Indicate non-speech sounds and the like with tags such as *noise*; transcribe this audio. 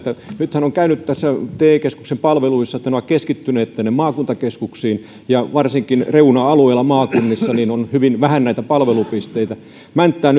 nythän on käynyt te keskusten palveluissa niin että ne ovat keskittyneet maakuntakeskuksiin ja varsinkin reuna alueilla maakunnissa on hyvin vähän palvelupisteitä mänttään *unintelligible*